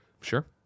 Sure